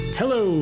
hello